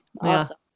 Awesome